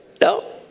no